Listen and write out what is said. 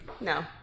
No